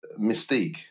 mystique